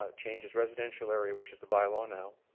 ah changes residential area which is the bylaw now,